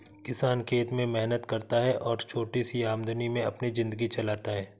किसान खेत में मेहनत करता है और छोटी सी आमदनी में अपनी जिंदगी चलाता है